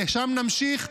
לשם נמשיך,